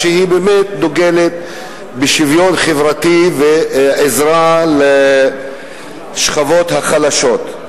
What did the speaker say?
באמת דוגלת בשוויון חברתי ועזרה לשכבות החלשות.